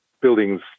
buildings